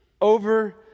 over